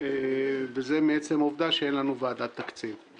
וזה מעצם העובדה שאין לנו ועדת תקציב.